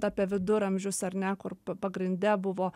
apie viduramžius ar ne kur pa pagrinde buvo